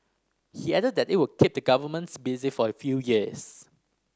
he added that it will keep the governments busy for a few years